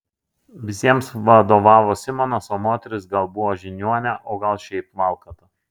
visiems vadovavo simonas o moteris gal buvo žiniuonė o gal šiaip valkata